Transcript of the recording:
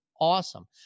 awesome